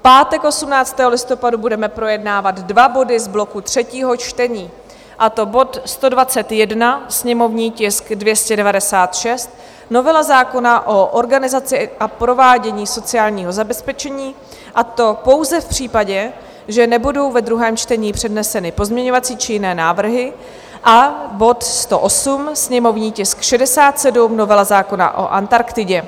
V pátek 18. listopadu budeme projednávat dva body z bloku třetího čtení, a to bod 121, sněmovní tisk 296, novela zákona o organizaci a provádění sociálního zabezpečení, a to pouze v případě, že nebudou ve druhém čtení předneseny pozměňovací či jiné návrhy, a bod 108, sněmovní tisk 67, novela zákona o Antarktidě.